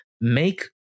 make